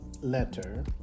letter